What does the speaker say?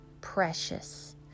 precious